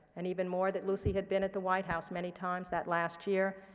and even more, that lucy had been at the white house many times that last year,